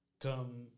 Come